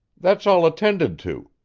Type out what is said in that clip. that's all attended to.